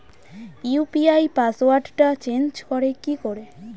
UPI পাসওয়ার্ডটা change করে কি করে?